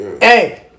Hey